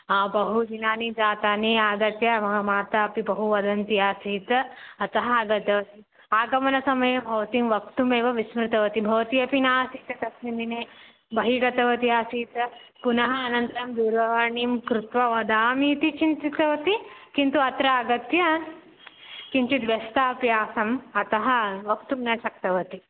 बहु दिनानि जातानि आगत्य मम माता अपि बहु वदन्तः आसीत् अतः आगतवती आगमनसमये भवतीं वक्तुमेव विस्मृतवती भवती अपि ना आसीत् तस्मिन् दिने बहि गतवती आसीत् पुनः अनन्तरं दूरवाणीं कृत्वा वदामि इति चिन्तितवती किन्तु अत्र आगत्य किञ्चिद् व्यस्ता अपि आसम् अतः वक्तुं न शक्तवती